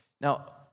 Now